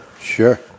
sure